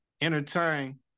entertain